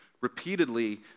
repeatedly